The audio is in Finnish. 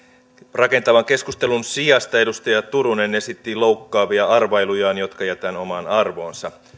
rakentavan keskustelun sijasta edustaja turunen esitti loukkaavia arvailujaan jotka jätän omaan arvoonsa